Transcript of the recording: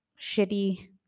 shitty